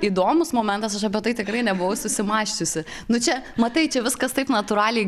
įdomus momentas aš apie tai tikrai nebuvau susimąsčiusi nu čia matai čia viskas taip natūraliai